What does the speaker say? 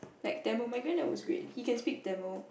like Tamil my granddad was great he can speak Tamil